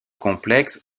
complexes